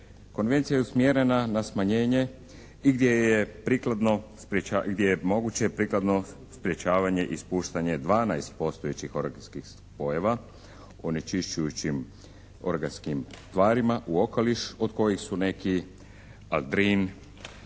Konvencija je usmjerena na smanjenje i gdje je prikladno, gdje je moguće prikladno sprječavanje, ispuštanje dvanaest postojećih organskih spojava onečišćujućim organskim tvarima u okoliš od kojih su neki aldrin,